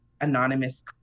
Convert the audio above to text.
anonymous